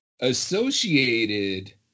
associated